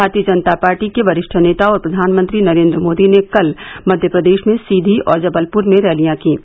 भारतीय जनता पार्टी के वरिष्ठ नेता और प्रधानमंत्री नरेन्द्र मोदी ने कल मध्य प्रदेश में सीधी और जबलपुर में रैतियां कीं